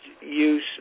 use